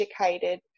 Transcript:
educated